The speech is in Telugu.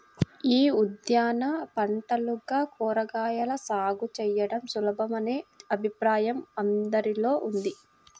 యీ ఉద్యాన పంటలుగా కూరగాయల సాగు చేయడం సులభమనే అభిప్రాయం అందరిలో ఉంది